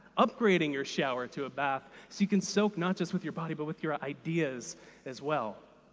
upgrading your shower to a bath so you can soak not just with your body but with your ideas as well.